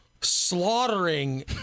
slaughtering